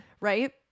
right